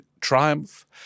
triumph